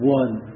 one